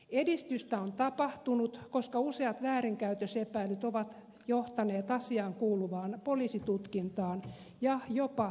edistystä on tapahtunut koska useat väärinkäytösepäilyt ovat johtaneet asiaankuuluvaan poliisitutkintaan ja jopa syyteharkintaan